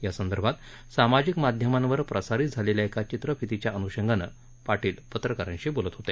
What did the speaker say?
यासंदर्भात सामाजिक माध्यमांवर प्रसारित झालेल्या एका चित्रफितीच्या अनुषंगानं पाटील पत्रकारांशी बोलत होते